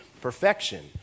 perfection